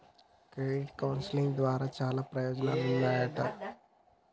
credit counselling ద్వారా చాలా ప్రయోజనాలుంటాయి